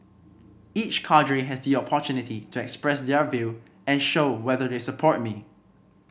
each cadre has the opportunity to express their view and show whether they support me